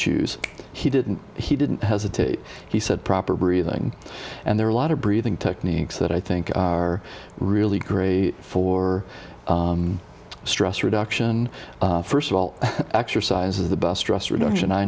choose he didn't he didn't hesitate he said proper breathing and there are a lot of breathing techniques that i think are really great for stress reduction first of all exercise is the best stress reduction i